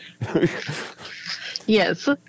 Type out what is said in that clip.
Yes